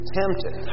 tempted